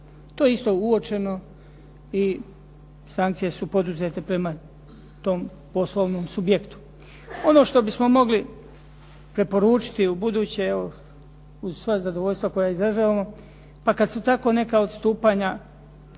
To je isto uočeno i sankcije su poduzete prema tom poslovnom subjektu. Ono što bismo mogli preporučiti ubuduće uz sva zadovoljstva koja izražavamo, kada su tako neka odstupanja